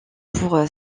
pour